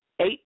eight